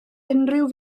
unrhyw